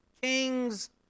kings